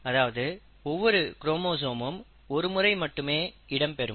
அதாவது ஒவ்வொரு குரோமோசோமும் ஒருமுறை மட்டுமே இடம்பெறும்